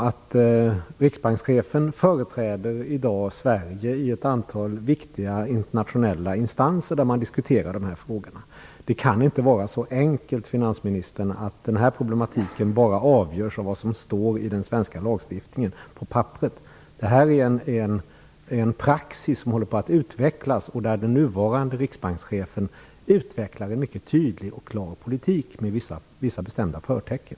Riksbankschefen företräder i dag Sverige i ett antal viktiga internationella instanser där man diskuterar dessa frågor. Det kan inte vara så enkelt, finansministern, att den här problematiken bara avgörs av vad som står på papperet i den svenska lagstiftningen. Det håller på att utvecklas en praxis, där den nuvarande riksbankschefen utvecklar en mycket tydlig och klar politik med vissa bestämda förtecken.